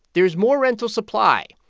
there's more rental supply,